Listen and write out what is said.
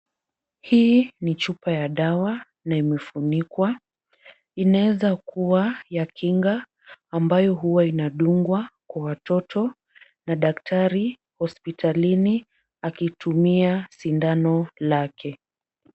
Hii ni chupa ya dawa na imefunikwa. Inaweza kuwa ya kinga ambayo huwa inadungwa kwa watoto na daktari hospitalini akitumia sindano lake.